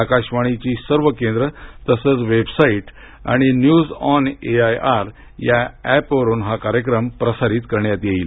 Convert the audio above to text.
आकाशवाणीची सर्व केंद्र तसंच वेबसाईट आणि न्यूजऑन ए आय आर या ऍपवरुन हा कार्यक्रम प्रसारित करण्यात येईल